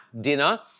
dinner